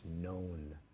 known